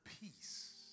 peace